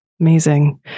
Amazing